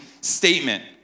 statement